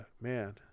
man